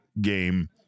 game